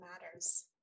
matters